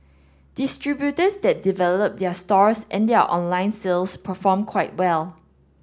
distributors that develop their stores and their online sales perform quite well